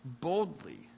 boldly